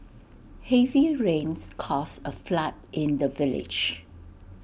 heavy rains caused A flood in the village